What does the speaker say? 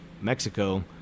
Mexico